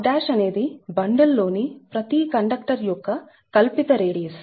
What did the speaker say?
r అనేది bundle లోని ప్రతి కండక్టర్ యొక్క కల్పిత రేడియస్